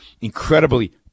incredibly